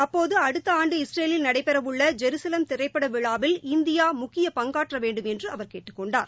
அப்போது அடுத்த ஆண்டு இஸ்ரேலில் நடைபெற்ற உள்ள ஜெருசலேம் திரைப்பட விழாவில் இந்தியா முக்கிய பங்காற்ற வேண்டும் என்று அவர் கேட்டுக்கொண்டார்